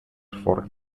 for